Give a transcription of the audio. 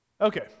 Okay